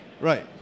Right